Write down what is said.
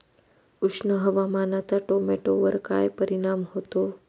उष्ण हवामानाचा टोमॅटोवर काय परिणाम होतो?